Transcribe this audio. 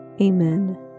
Amen